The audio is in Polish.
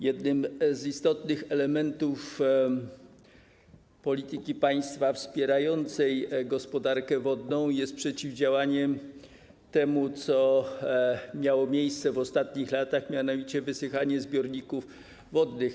Jednym z istotnych elementów polityki państwa wspierającej gospodarkę wodną jest przeciwdziałanie temu, co miało miejsce w ostatnich latach, mianowicie wysychanie zbiorników wodnych.